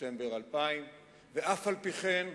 בספטמבר 2000. ואף-על-פי-כן,